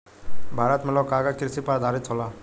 भारत मे लोग कागज कृषि पर आधारित होला